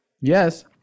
yes